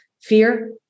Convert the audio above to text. fear